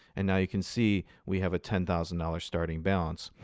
and now you can see we have a ten thousand dollars starting balance.